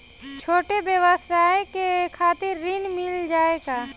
छोट ब्योसाय के खातिर ऋण मिल जाए का?